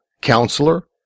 Counselor